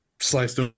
sliced